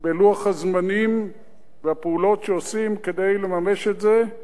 בלוח הזמנים ובפעולות שעושים כדי לממש את זה,